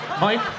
Mike